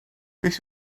beth